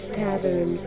tavern